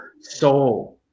soul